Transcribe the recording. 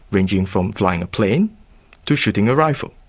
ranging from flying a plane to shooting a rifle.